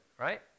right